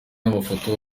amafoto